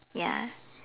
ya